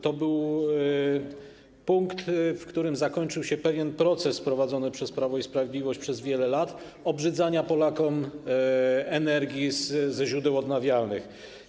To był punkt, w którym zakończył się pewien proces prowadzony przez Prawo i Sprawiedliwość przez wiele lat, proces obrzydzania Polakom energii ze źródeł odnawialnych.